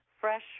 fresh